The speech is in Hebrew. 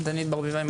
דנית ברביבאי,